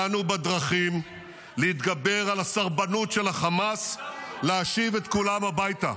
-- ודנו בדרכים להתגבר על הסרבנות של החמאס להשיב את כולם הביתה.